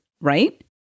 right